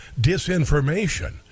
disinformation